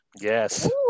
Yes